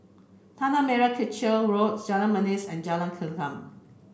Tanah Merah Kechil Road Jalan Manis and Jalan Segam